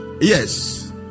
Yes